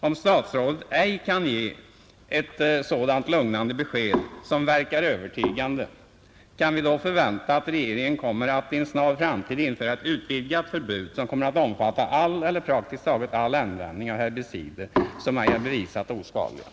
Om statsrådet ej kan ge ett sådant lugnande besked som verkar övertygande kan vi då förvänta att regeringen kommer att i en snar framtid införa ett utvidgat förbud, som kommer att omfatta all eller praktiskt taget all användning av herbicider som ej är bevisat oskadliga?